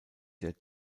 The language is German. der